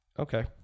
Okay